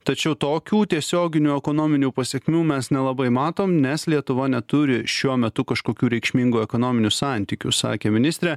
tačiau tokių tiesioginių ekonominių pasekmių mes nelabai matom nes lietuva neturi šiuo metu kažkokių reikšmingų ekonominių santykių sakė ministrė